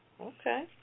Okay